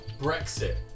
Brexit